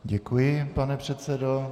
Děkuji, pane předsedo.